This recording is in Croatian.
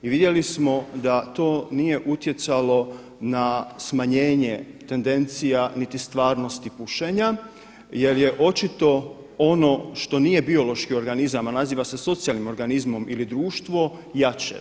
I vidjeli smo da to nije utjecalo na smanjenje tendencija, niti stvarnosti pušenja jer je očito ono što nije biološki organizam, a naziva se socijalnim organizmom ili društvo jače.